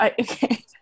Okay